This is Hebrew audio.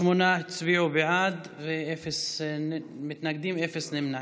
שמונה הצביעו בעד, אפס מתנגדים, אפס נמנעים.